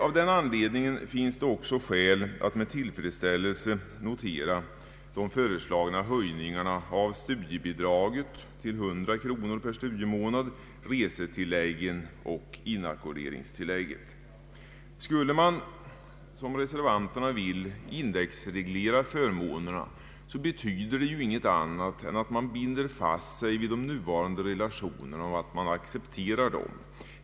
Av den anledningen finns det också skäl att med tillfredsställelse notera de föreslagna höjningarna av studiebidraget, resetillägget och inackorderingstillägget. Skulle man, som reservanterna vill, indexreglera förmånerna betyder det ju inget annat än att man binder fast sig vid de nuvarande relationerna och att man accepterar dem.